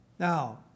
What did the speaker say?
Now